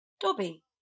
Dobby